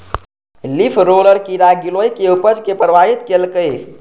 leaf roller कीड़ा गिलोय के उपज कें प्रभावित केलकैए